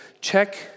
Check